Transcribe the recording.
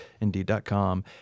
Indeed.com